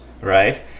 right